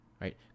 right